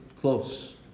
close